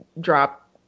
drop